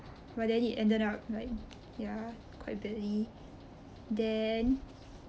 but then it ended up like ya quite badly then